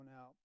out